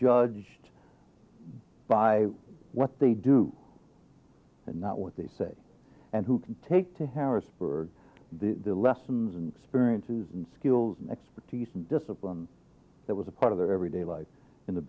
judged by what they do not what they say and who can take to harrisburg the lessons and experiences and skills and expertise and discipline that was a part of their everyday life in the